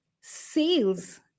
sales